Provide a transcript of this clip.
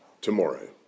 tomorrow